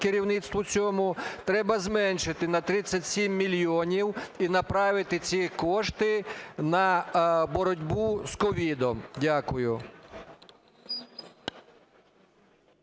керівництву цьому, треба зменшити на 37 мільйонів і направити ці кошти на боротьбу з COVID. Дякую.